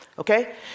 Okay